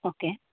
okay